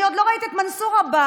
אני עוד לא ראיתי את מנסור עבאס